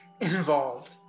involved